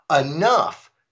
enough